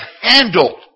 handled